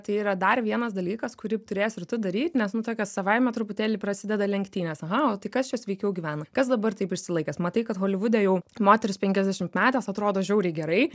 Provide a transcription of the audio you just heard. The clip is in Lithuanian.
tai yra dar vienas dalykas kurį turėsi ir tu daryt nes nu tokios savaime truputėlį prasideda lenktynės aha o tai kas čia sveikiau gyvena kas dabar taip išsilaikęs matai kad holivude jau moteris penkiasdešimtmetės atrodo žiauriai gerai